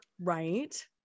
Right